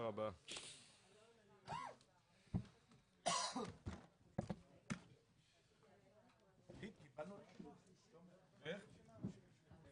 הישיבה ננעלה בשעה 16:01.